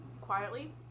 quietly